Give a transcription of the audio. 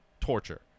torture